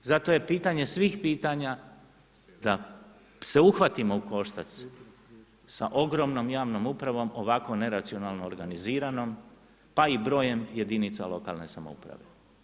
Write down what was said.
Zato je pitanje svih pitanja, da se uhvatimo u koštac sa ogromnom javnom u pravom, ovako neracionalnom organiziranom, pa i brojem jedinice lokalne samouprave.